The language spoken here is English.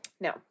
No